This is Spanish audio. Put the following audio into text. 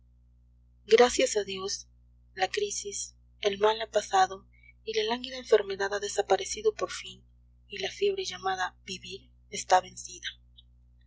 gracias a dios la crisis el mal ha pasado y la lánguida enfermedad ha desaparecido por fin y la fiebre llamada vivir está vencida